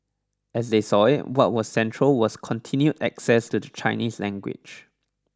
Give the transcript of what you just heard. as they saw it what was central was continued access to the Chinese language